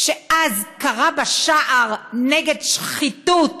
שאז קרא בשער נגד שחיתות,